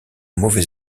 mauvais